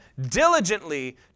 diligently